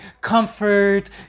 comfort